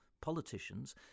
politicians